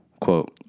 Quote